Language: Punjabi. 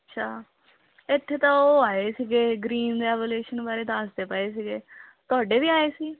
ਅੱਛਾ ਇੱਥੇ ਤਾਂ ਉਹ ਆਏ ਸੀਗੇ ਗ੍ਰੀਨ ਰੈਵੋਲਿਉਸ਼ਨ ਬਾਰੇ ਦੱਸਦੇ ਪਏ ਸੀਗੇ ਤੁਹਾਡੇ ਵੀ ਆਏ ਸੀ